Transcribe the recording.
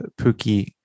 pookie